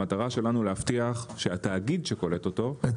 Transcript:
המטרה שלנו להבטיח שהתאגיד שקולט אותו -- את